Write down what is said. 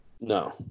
No